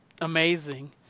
amazing